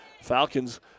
Falcons